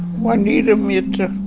juanita mitchell.